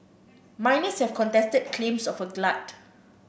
miners have contested claims of a glut